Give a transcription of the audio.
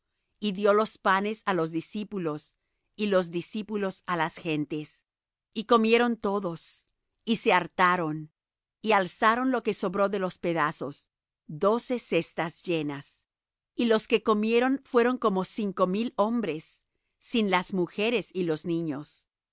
y dió los panes á los discípulos y los discípulos á las gentes y comieron todos y se hartaron y alzaron lo que sobró de los pedazos doce cestas llenas y los que comieron fueron como cinco mil hombres sin las mujeres y los niños